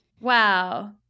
Wow